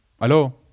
Hello